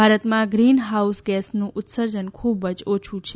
ભારતમાં greenhouse ગેસનું ઉત્સર્જન ખુબ જ ઓછુ છે